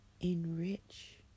enrich